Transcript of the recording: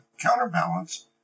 counterbalance